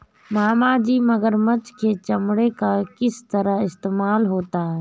मामाजी मगरमच्छ के चमड़े का किस तरह इस्तेमाल होता है?